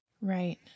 Right